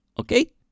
Okay